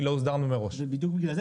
כי לא הוסדרנו מראש." ובדיוק בגלל זה